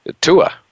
Tua